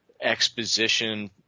exposition